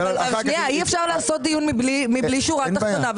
אי-אפשר לעשות דיון מבלי שורה תחתונה,